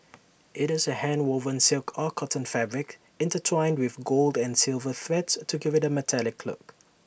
IT is A handwoven silk or cotton fabric intertwined with gold and silver threads to give IT A metallic look